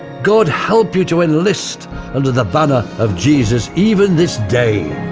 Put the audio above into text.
god help you to enlist under the banner of jesus. even this day.